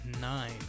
nine